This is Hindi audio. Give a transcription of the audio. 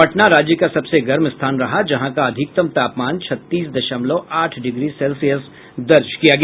पटना राज्य का सबसे गर्म स्थान रहा जहां का अधिकतम तापमान छत्तीस दशमलव आठ डिग्री सेल्सियस दर्ज किया गया